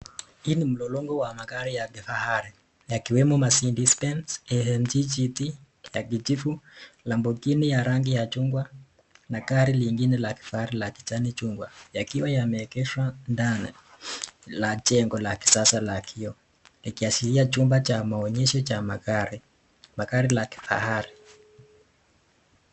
Hii ni mlolongo wa magari ya kifahari yakiwemo mercedes benz AMG GT ya kijivu lamborghini ya rangi ya chungwa na gari lingine la kifahari la kijani chungwa yakiwa yameegeshwa ndani la jengo la kisasa la kioo ikiashiria chumba cha maonyesho cha magari, magari la kifahari.